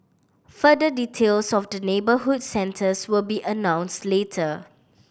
further details of the neighbourhood centres will be announced later